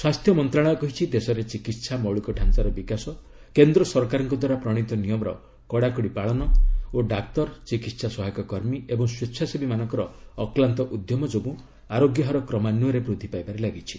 ସ୍ୱାସ୍ଥ୍ୟ ମନ୍ତ୍ରଣାଳୟ କହିଛି ଦେଶରେ ଚିକିହା ମୌଳିକ ଡ଼ାଞାର ବିକାଶ କେନ୍ଦ୍ର ସରକାରଙ୍କ ଦ୍ୱାରା ପ୍ରଣୀତ ନିୟମର କଡାକଡି ପାଳନ ଓ ଡାକ୍ତର ଚିକିତ୍ସା ସହାୟକ କର୍ମୀ ଓ ସ୍ୱେଚ୍ଛାସେବୀ ମାନଙ୍କର ଅକ୍ଲାନ୍ତ ଉଦ୍ୟମ ଯୋଗୁଁ ଆରୋଗ୍ୟ ହାର କ୍ରମାନ୍ୟରେ ବୂଦ୍ଧି ପାଇବାରେ ଲାଗିଛି